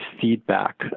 feedback